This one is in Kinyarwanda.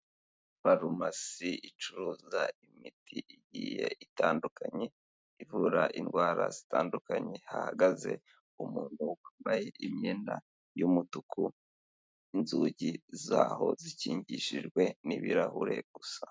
Farumasi icuruza imiti igiye itandukanye ivura indwara zitandukanye, hahagaze umuntu wambaye imyenda y'umutuku, inzugi zaho zikingishijwe n'ibirahure gusa.